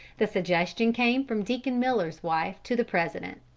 the suggestion came from deacon miller's wife to the president.